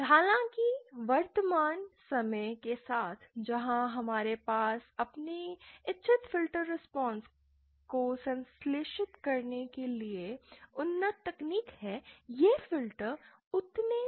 हालाँकि वर्तमान समय के साथ जहाँ हमारे पास अपनी इच्छित फ़िल्टर रिस्पांस को संश्लेषित करने के लिए उन्नत तकनीक है ये फ़िल्टर उतने सामान्य नहीं हैं